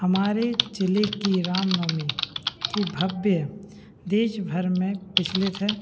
हमारे ज़िले की रामनवमी का भब्य देशभर में प्रचलित है